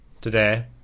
today